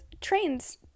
trains